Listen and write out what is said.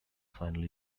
finally